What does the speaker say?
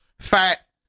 Fat